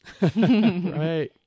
Right